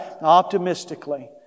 Optimistically